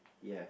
yes